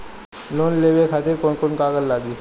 Loan लेवे खातिर कौन कौन कागज लागी?